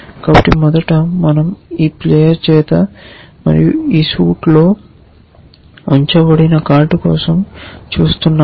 కాబట్టి మొదట మనంఈ ప్లేయర్ చేత మరియు ఈ సూట్లో ఉంచబడిన కార్డు కోసం చూస్తున్నాము